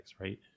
Right